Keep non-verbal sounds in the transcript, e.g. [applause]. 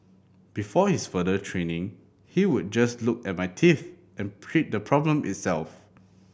before his further training he would just look at my teeth and [unintelligible] the problem itself